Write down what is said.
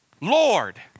Lord